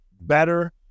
better